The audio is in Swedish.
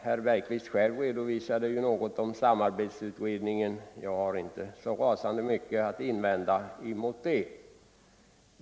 Herr Bergqvist redovisade själv en del från samarbetsutredningens arbete, och jag har inte så mycket att invända mot det anförda.